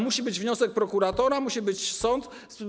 Musi być wniosek prokuratora, musi być sąd.